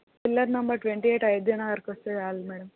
pillar number twenty eight Ayodhya నగర్కి వస్తే చాలు మేడం